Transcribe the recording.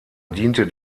diente